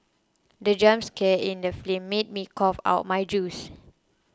the jump scare in the film made me cough out my juice